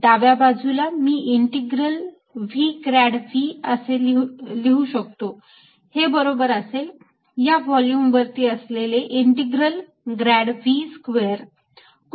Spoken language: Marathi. डाव्या बाजूला मी इंटीग्रल V ग्रॅड V लिहू शकतो हे बरोबर असेल या व्हॉल्यूम वरती असलेले इंटिग्रल ग्रॅड V स्क्वेअर